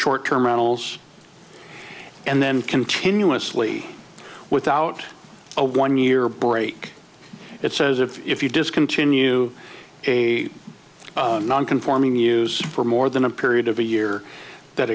short terminals and then continuously without a one year break it says if you discontinue a non conforming use for more than a period of a year that